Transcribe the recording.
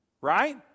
right